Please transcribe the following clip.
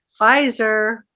Pfizer